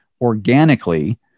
organically